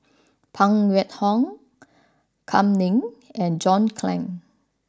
Phan Wait Hong Kam Ning and John Clang